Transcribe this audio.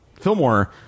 Fillmore